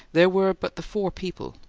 there were but the four people,